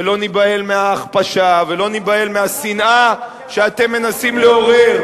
ולא ניבהל מההכפשה ולא ניבהל מהשנאה שאתם מנסים לעורר,